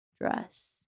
dress